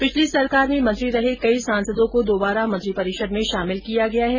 पिछली सरकार में मंत्री रहे कई सांसदों को दोबारा मंत्रिपरिषद में शामिल किया गया है